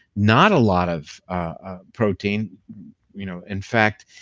not a lot of ah protein you know in fact,